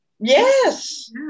Yes